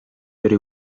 pero